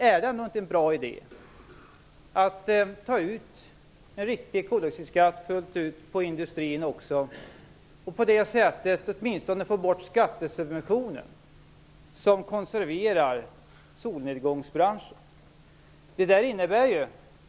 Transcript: Är det en bra idé att fullt ut ta ut en riktig koldioxidskatt även på industrin och på det sättet få bort åtminstone skattesubventionen som konserverar solnedgångsbranschen?